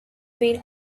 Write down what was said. been